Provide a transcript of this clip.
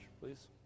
please